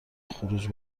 خروج